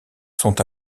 sont